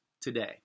today